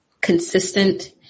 consistent